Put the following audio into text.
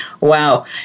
wow